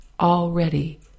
already